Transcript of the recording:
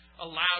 allowed